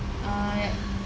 err